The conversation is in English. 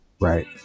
Right